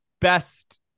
best